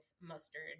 mustard